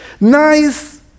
nice